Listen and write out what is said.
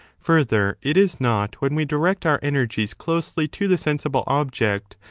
further, it is not when we direct our energies closely to the sensible object,